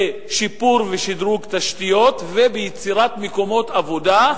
בשיפור ושדרוג של תשתיות וביצירת מקומות עבודה,